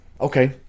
Okay